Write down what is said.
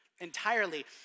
Entirely